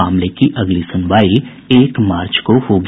मामले की अगली सुनवाई एक मार्च को होगी